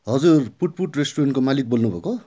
हजुर पुटपुट रेस्टुरेन्टको मालिक बोल्नु भएको